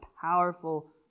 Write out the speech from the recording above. powerful